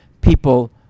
People